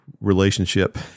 relationship